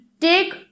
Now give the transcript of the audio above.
take